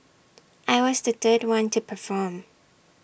I was the third one to perform